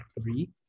three